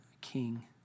King